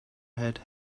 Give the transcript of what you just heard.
had